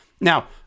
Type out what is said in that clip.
Now